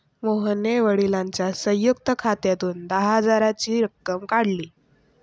मोहनने वडिलांच्या संयुक्त खात्यातून दहा हजाराची रक्कम काढली